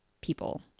people